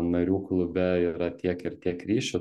narių klube yra tiek ir tiek ryšių